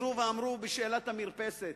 חזרו ואמרו בשאלת המרפסת.